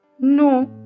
No